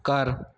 ਘਰ